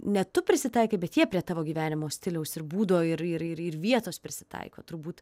ne tu prisitaikai bet jie prie tavo gyvenimo stiliaus ir būdo ir ir ir ir vietos prisitaiko turbūt